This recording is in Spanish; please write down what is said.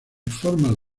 formas